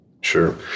Sure